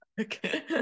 okay